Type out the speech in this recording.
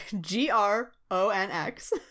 G-R-O-N-X